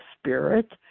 spirit